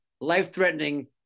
life-threatening